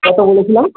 কতো বলেছিলাম